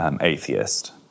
atheist